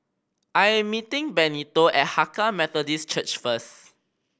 I am meeting Benito at Hakka Methodist Church first